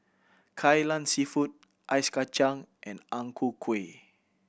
Kai Lan Seafood Ice Kachang and Ang Ku Kueh